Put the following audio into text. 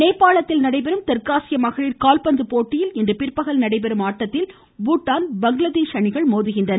கால்பந்து நேபாளத்தில் நடைபெறும் தெற்காசிய மகளிர் கால்பந்து போட்டியில் இன்று பிற்பகல் நடைபெறும் ஆட்டத்தில் பூடான் பங்களாதேஷ் அணிகள் மோதுகின்றன